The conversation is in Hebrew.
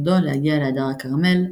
מפקדו להגיע להדר הכרמל,